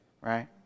right